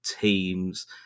Teams